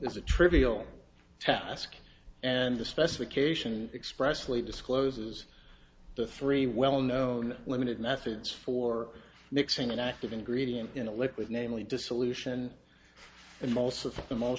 is a trivial task and the specification expressly discloses the three well known limited methods for mixing an active ingredient in a liquid namely dissolution and most of the mo